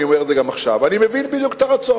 אני אומר את זה גם עכשיו: אני מבין בדיוק את הרצון.